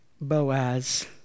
Boaz